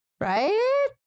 Right